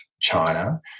China